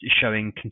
showing